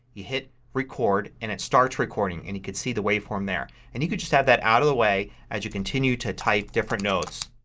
you hit record and it starts recording. and you can see a waveform there. and you can just have that out of the way as you continue to type different notes.